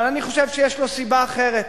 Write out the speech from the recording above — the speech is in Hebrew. אבל אני חושב שיש לו סיבה אחרת.